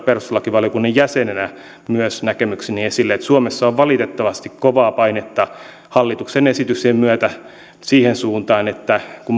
perustuslakivaliokunnan jäsenenä näkemykseni esille suomessa on valitettavasti kovaa painetta hallituksen esityksien myötä siihen suuntaan että kun